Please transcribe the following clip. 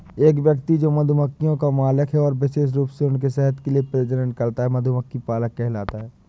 एक व्यक्ति जो मधुमक्खियों का मालिक है और विशेष रूप से उनके शहद के लिए प्रजनन करता है, मधुमक्खी पालक कहलाता है